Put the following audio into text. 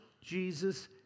Jesus